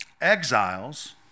Exiles